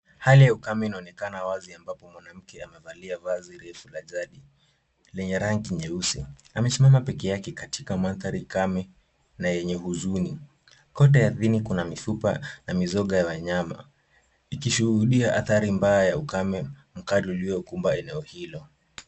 Hali ya ukame inaonekana wazi ambapo mwanamke amevalia vazi refu la jadi lenye rangi nyeusi. Amesimama pekeyake katika mandhari kame na yenye huzuni. Kode ya dhini kuna mifupa na mizoga ya wanyama ikishuhudia adhari mbaya ya ukame mkali uliokumba eneo hilo.